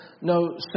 no